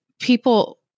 people